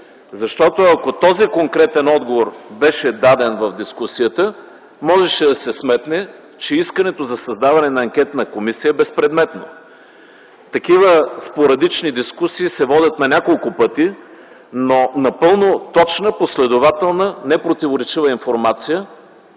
Защото, ако този конкретен отговор беше даден в дискусията, можеше да се сметне, че искането за създаване на анкетна комисия е безпредметно. Такива спорадични дискусии се водят няколко пъти, но напълно точна, последователна, непротиворечива информация